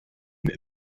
the